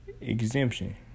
exemption